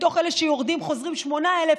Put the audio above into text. מתוך אלה שיורדים חוזרים 8,000,